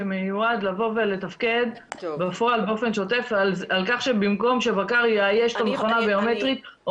במקום שבקר יאייש את המכונה הביומטרית,